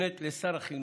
מופנית לשר החינוך.